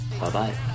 Bye-bye